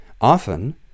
Often